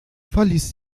verließ